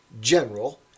general